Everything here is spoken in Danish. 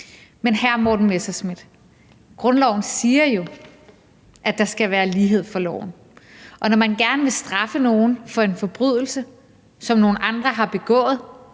Men, hr. Morten Messerschmidt, grundloven siger jo, at der skal være lighed for loven, og når man gerne vil straffe nogen for en forbrydelse, som nogle andre har begået,